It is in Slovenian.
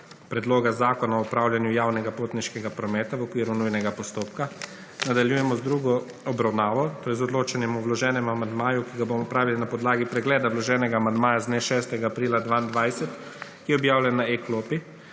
Predloga zakona o upravljanju javnega potniškega prometa, v okviru nujnega postopka. Nadaljujemo z drugo obravnavo, to je z odločanjem o vloženem amandmaju, ki ga bomo opravili na podlagi pregleda vloženega amandmaja z dne, 6. aprila 2022, ki je objavljen na e-klopi.